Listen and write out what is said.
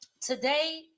Today